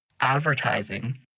advertising